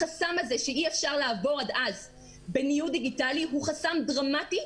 החסם הזה שאי אפשר לעבור עד אז בניוד דיגיטלי הוא חסם דרמטי,